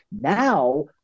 Now